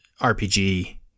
RPG